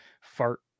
fart